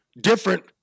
different